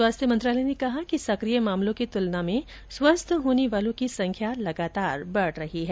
स्वास्थ्य मंत्रालय ने कहा है कि सा क्रिय मामलों की तुलना में स्वस्थ होने वालों की संखय लगातार बढ़ रही है